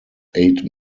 eight